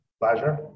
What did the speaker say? Pleasure